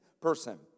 person